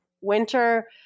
Winter